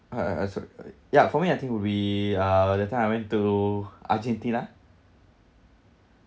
uh sorry ya for me I think would be uh that time I went to argentina